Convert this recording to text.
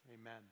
Amen